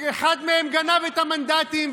שאחד מהם גנב את המנדטים,